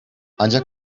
ancak